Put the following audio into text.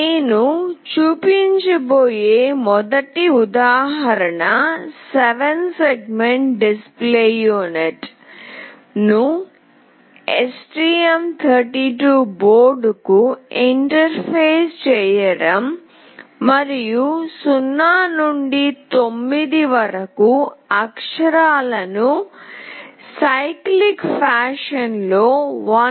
నేను చూపించబోయే మొదటి ఉదాహరణ 7 సెగ్మెంట్ డిస్ప్లే యూనిట్ను STM32 బోర్డ్కు ఇంటర్ఫేస్ చేయడం మరియు 0 నుండి 9 వరకు అక్షరాలను చక్రీయ పద్ధతిలో 1